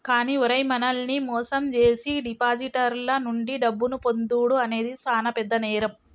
కానీ ఓరై మనల్ని మోసం జేసీ డిపాజిటర్ల నుండి డబ్బును పొందుడు అనేది సాన పెద్ద నేరం